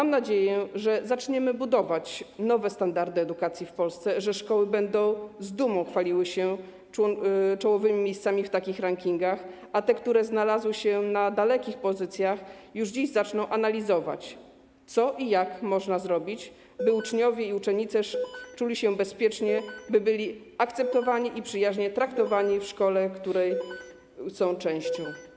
Mam nadzieję, że zaczniemy budować nowe standardy edukacji w Polsce, że szkoły będą z dumą chwaliły się czołowymi miejscami w takich rankingach, a te placówki, które znalazły się na dalekich pozycjach, już dziś zaczną analizować, co można zrobić, by uczniowie i uczennice czuli się bezpiecznie, by byli akceptowani i przyjaźnie traktowani w szkole, której są częścią.